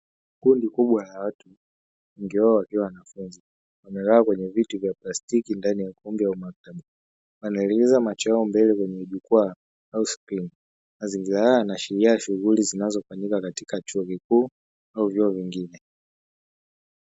Kundi kubwa la watu wengi wao wakiwa wanafunzi, wamekaa kwenye viti vya plastiki ndani ya ukumbi au maktaba, wanaelekeza macho yao mbele kwenye jukwaa au skrini. Mazingira haya yanaashiria shughuli zinazofanyika katika chuo kikuu au vyuo vingine.